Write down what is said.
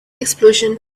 explosion